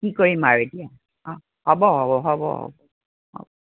কি কৰিম আৰু এতিয়া অঁ হ'ব হ'ব হ'ব হ'ব অঁ